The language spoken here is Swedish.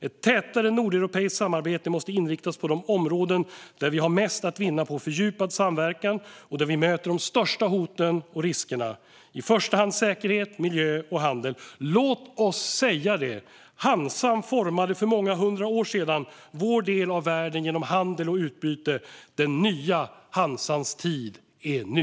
Ett tätare nordeuropeiskt samarbete måste inriktas på de områden där vi har mest att vinna på fördjupad samverkan och där vi möter de största hoten och riskerna - i första hand säkerhet, miljö och handel. Låt oss säga det: Hansan formade för många hundra år sedan vår del av världen genom handel och utbyte. Den nya Hansans tid är nu!